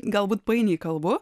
galbūt painiai kalbu